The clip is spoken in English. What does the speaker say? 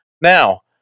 Now